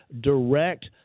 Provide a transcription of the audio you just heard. direct